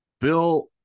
Bill